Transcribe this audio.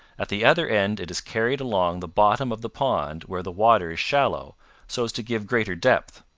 at the other end it is carried along the bottom of the pond where the water is shallow so as to give greater depth.